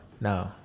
no